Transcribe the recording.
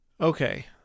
Okay